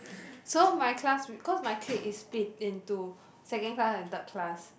so my class cause my clique is split into second class and third class